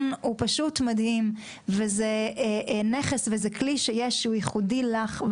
זה פשוט מדהים וזה נכס וזה כלי שיש שהוא ייחודי לך,